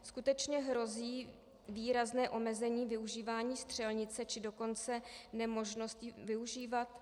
Skutečně hrozí výrazné omezení využívání střelnice, či dokonce nemožnost ji využívat?